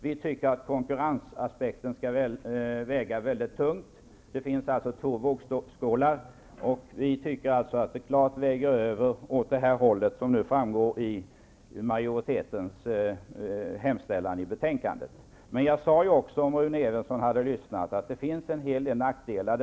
Vi tycker att konkurrensaspekten skall väga mycket tungt. Det finns alltså två vågskålar, och vi tycker att det klart väger över åt det håll som anges i majoritetens hemställan i betänkandet. Om Rune Evensson hade lyssnat hade han också hört att jag sade att det finns en hel del nackdelar.